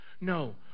No